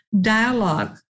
dialogue